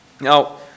Now